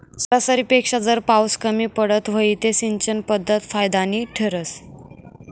सरासरीपेक्षा जर पाउस कमी पडत व्हई ते सिंचन पध्दत फायदानी ठरस